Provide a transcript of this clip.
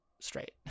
straight